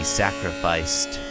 sacrificed